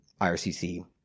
IRCC